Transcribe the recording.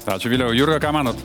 ačiū viliau jurga ką manot